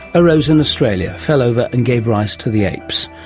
arose in australia, fell over and gave rise to the apes.